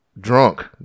drunk